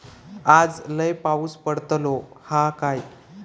आज लय पाऊस पडतलो हा काय?